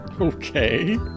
okay